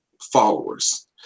followers